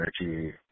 energy